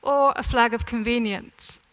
or a flag of convenience.